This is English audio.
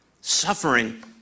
Suffering